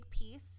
piece